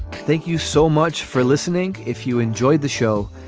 thank you so much for listening. if you enjoyed the show,